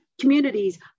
communities